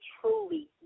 truly